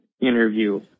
interview